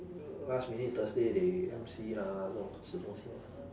last minute thursday they M_C lah 这种死东西 lor